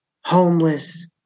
homeless